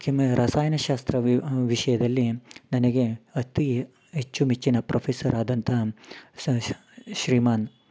ಕೆಮ ರಸಾಯನಶಾಸ್ತ್ರ ವಿ ವಿಷಯದಲ್ಲಿ ನನಗೆ ಅತೀ ಅಚ್ಚುಮೆಚ್ಚಿನ ಪ್ರೊಫೆಸರ್ ಆದಂತಹ ಸ ಶ್ರೀಮಾನ್